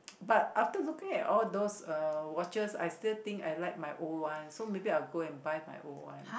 but after looking at all those uh watches I still think I like my old one so maybe I will go and buy my old one